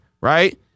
right